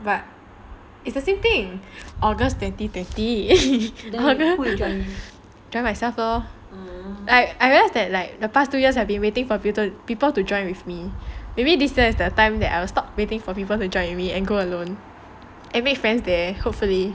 but it's the same thing august twenty twenty join myself uh I I realised that like the past two years I have been waiting for people to join with me maybe this year is the time that I will stop waiting for people to join me and go alone and make friends there hopefully